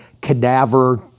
cadaver